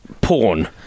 porn